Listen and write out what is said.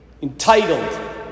entitled